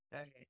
Okay